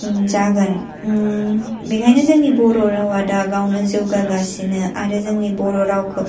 जागोन बेखायनो जोंनि बर' रावा जौगागासिनो आरो जोंनि बर' रावखौ